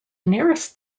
nearest